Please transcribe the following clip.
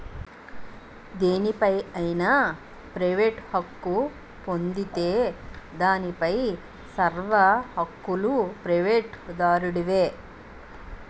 దేనిపై అయినా పేటెంట్ హక్కు పొందితే దానిపై సర్వ హక్కులూ పేటెంట్ దారుడివే